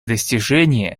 достижения